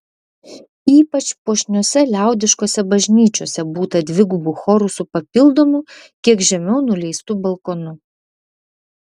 ypač puošniose liaudiškose bažnyčiose būta dvigubų chorų su papildomu kiek žemiau nuleistu balkonu